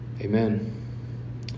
Amen